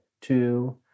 two